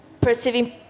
perceiving